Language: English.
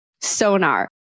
Sonar